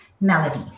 Melody